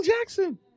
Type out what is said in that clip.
Jackson